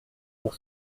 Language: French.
pour